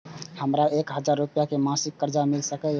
हमरा एक हजार रुपया के मासिक कर्जा मिल सकैये?